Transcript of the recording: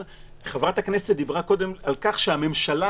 חברת הכנסת דיברה קודם על כך שהממשלה